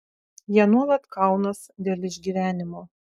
jie nuolat kaunas dėl išgyvenimo